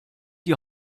die